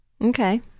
Okay